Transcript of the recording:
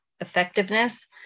effectiveness